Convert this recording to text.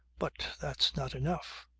but that's not enough.